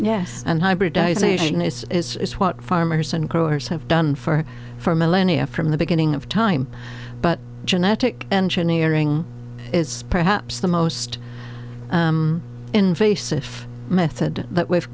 this is what farmers and growers have done for for millennia from the beginning of time but genetic engineering is perhaps the most invasive method that we've